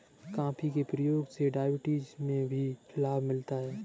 coffee के प्रयोग से डायबिटीज में भी लाभ मिलता है